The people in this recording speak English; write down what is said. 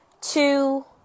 two